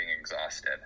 exhausted